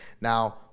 Now